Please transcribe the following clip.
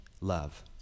love